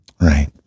right